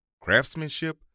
Craftsmanship